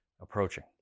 approaching